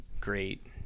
great